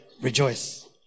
rejoice